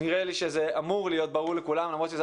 נראה לי שזה אמור להיות ברור לכולם למרות שזה